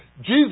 Jesus